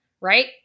right